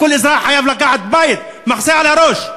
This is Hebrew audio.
כל אזרח חייב לקחת בית, מחסה על הראש.